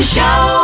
Show